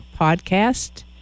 podcast